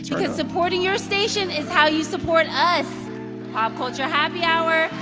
because supporting your station is how you support us pop culture happy hour,